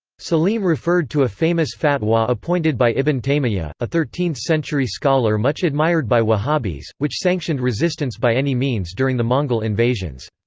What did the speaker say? salim referred to a famous fatwa appointed by ibn taymiyyah, a thirteenth century scholar much admired by wahhabis, which sanctioned resistance by any means during the mongol invasions.